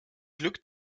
glück